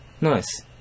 Nice